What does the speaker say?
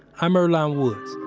i'm earlonne woods.